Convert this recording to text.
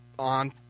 On